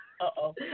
Uh-oh